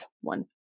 one